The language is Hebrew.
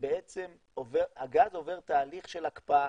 שבעצם הגז עובר תהליך של הקפאה,